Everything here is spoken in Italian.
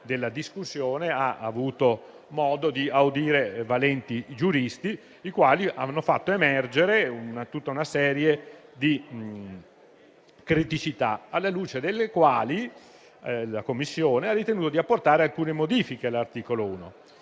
della discussione, ha avuto modo di audire valenti giuristi, i quali hanno fatto emergere tutta una serie di criticità, alla luce della quale la Commissione ha ritenuto di apportare alcune modifiche all'articolo 1.